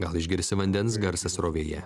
gal išgirsi vandens garsą srovėje